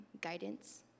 guidance